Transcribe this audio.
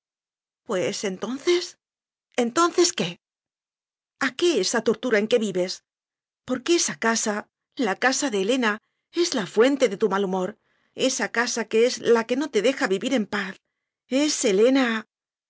pues entonces entonces qué a qué esa tortura en que vives porque esa casa la casa de helena es la fuente de tu malhumor esa casa es la que no te deja vivir en paz es helena